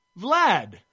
Vlad